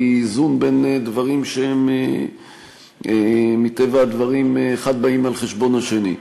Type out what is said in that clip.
כי זה איזון בין דברים שמטבע הדברים האחד בא על חשבון השני.